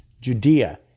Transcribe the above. Judea